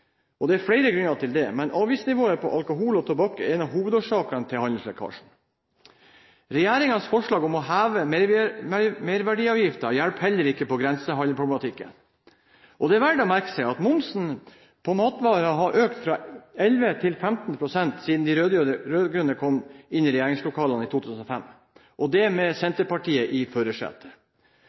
Det er flere grunner til det, men avgiftsnivået på alkohol og tobakk er en av hovedårsakene. Regjeringens forslag om å heve merverdiavgiften hjelper heller ikke på grensehandelsproblematikken. Det er verdt å merke seg at momsen på matvarer har økt fra 11 pst. til 15 pst. siden de rød-grønne kom inn i regjeringslokalene i 2005 – og det med Senterpartiet i